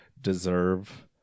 deserve